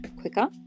quicker